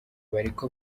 bariko